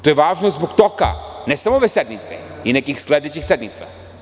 To je važno samo zbog toka ne samo ove sednice, i nekih sledećih sednica.